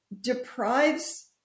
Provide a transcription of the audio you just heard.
deprives